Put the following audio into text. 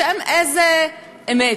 בשם איזו אמת,